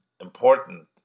important